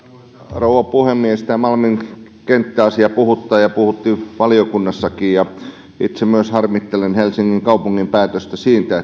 rouva puhemies tämä malmin kenttä asia puhuttaa ja puhutti valiokunnassakin ja itse myös harmittelen helsingin kaupungin päätöstä siitä